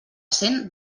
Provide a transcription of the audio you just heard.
cent